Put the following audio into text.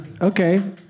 Okay